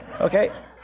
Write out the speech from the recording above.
Okay